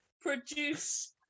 produce